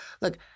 look